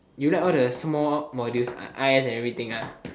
you like all the small modules i_s and everything ah